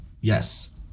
Yes